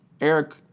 Eric